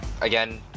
again